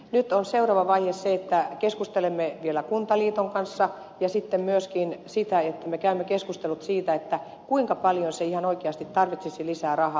nyt on seuraava vaihe se että keskustelemme vielä kuntaliiton kanssa ja sitten myöskin se että me käymme keskustelut siitä kuinka paljon se ihan oikeasti tarvitsisi lisää rahaa